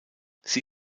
sie